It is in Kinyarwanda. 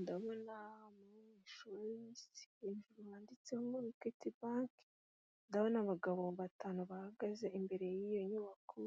Ndabona umunyeshuri hejuru ditseho muriketi banke ndabona abagabo batanu bahagaze imbere y'iyo nyubako